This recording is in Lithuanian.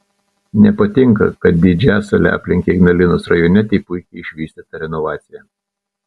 nepatinka kad didžiasalį aplenkia ignalinos rajone taip puikiai išvystyta renovacija